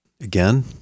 Again